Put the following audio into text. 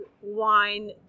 wine